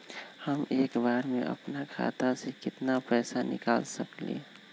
हम एक बार में अपना खाता से केतना पैसा निकाल सकली ह?